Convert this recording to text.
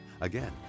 Again